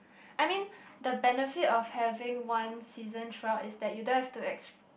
I mean the benefit of having one season throughout is that you don't have to ex~